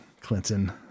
clinton